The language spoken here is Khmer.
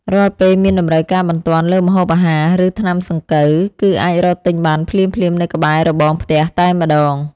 រាល់ពេលមានតម្រូវការបន្ទាន់លើម្ហូបអាហារឬថ្នាំសង្កូវ គឺអាចរកទិញបានភ្លាមៗនៅក្បែររបងផ្ទះតែម្តង។